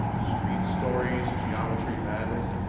street stories. geometry madness.